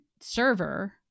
server